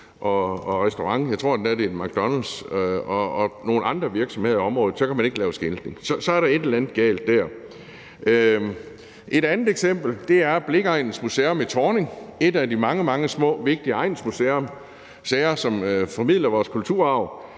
en McDonald's – og nogle andre virksomheder, ikke kan lave en skiltning. Så er der et eller andet galt. Et andet eksempel er Blicheregnens Museum i Thorning, som er et af de mange, mange små vigtige egnsmuseer, som formidler vores kulturarv.